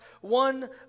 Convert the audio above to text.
one